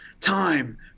time